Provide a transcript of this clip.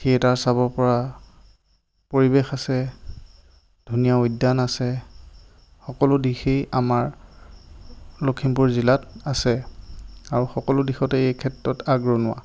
theatre চাব পৰা পৰিৱেশ আছে ধুনীয়া উদ্যান আছে সকলো দিশেই আমাৰ লখিমপুৰ জিলাত আছে আৰু সকলো দিশতেই এই ক্ষেত্ৰত আগৰণুৱা